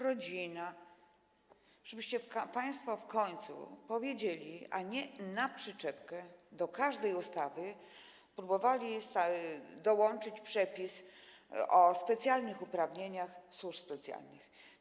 Chodzi o to, żebyście państwo w końcu to powiedzieli, a nie na przyczepkę do każdej ustawy próbowali dołączyć przepis o specjalnych uprawnieniach służb specjalnych.